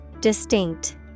Distinct